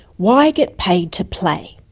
why get paid to play?